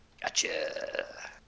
Gotcha